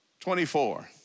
24